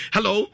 Hello